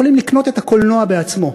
הם יכולים לקנות את הקולנוע בעצמו,